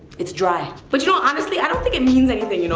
it's dry. but you know honestly, i don't think it means anything. you know